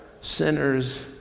sinners